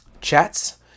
chats